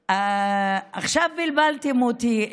אופוזיציה, עכשיו בלבלתם אותי.